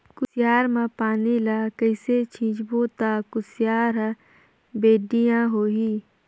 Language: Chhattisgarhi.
कुसियार मा पानी ला कइसे सिंचबो ता कुसियार हर बेडिया होही?